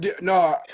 No